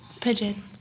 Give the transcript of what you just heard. Pigeon